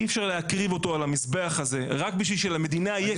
אי אפשר להקריב אותו על המזבח הזה רק בשביל שלמדינה יהיה קל.